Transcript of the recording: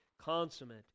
consummate